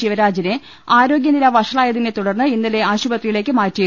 ശിവരാജനെ ആരോഗ്യനില വഷളായതിനെ തുടർന്ന് ഇന്നലെ ആശുപത്രിയിലേക്ക് മാറ്റിയിരുന്നു